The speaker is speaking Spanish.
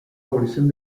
abolición